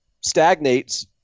stagnates